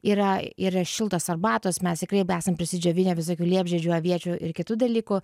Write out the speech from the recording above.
yra ir šiltos arbatos mes tikrai esam prisidžiovinę visokių liepžiedžių aviečių ir kitų dalykų